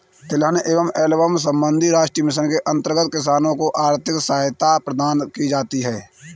तिलहन एवं एल्बम संबंधी राष्ट्रीय मिशन के अंतर्गत किसानों को आर्थिक सहायता प्रदान की जाती है